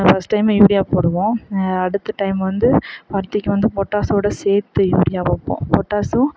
first time urea போடுவோம் அடுத்த time வந்து பருத்திக்கு வந்து பொட்டாஷோட சேர்த்து யூரியா வைப்போம் பொட்டாஷும்